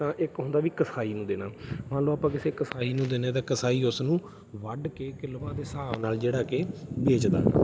ਤਾਂ ਇੱਕ ਹੁੰਦਾ ਵੀ ਕਸਾਈ ਨੂੰ ਦੇਣਾ ਮੰਨ ਲਓ ਆਪਾਂ ਕਿਸੇ ਕਸਾਈ ਨੂੰ ਦਿੰਦੇ ਤਾਂ ਕਸਾਈ ਉਸ ਨੂੰ ਵੱਢ ਕੇ ਕਿੱਲੋਆਂ ਦੇ ਹਿਸਾਬ ਨਾਲ ਜਿਹੜਾ ਕਿ ਵੇਚਦਾ